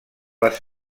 les